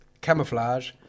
Camouflage